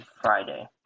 friday